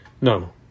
No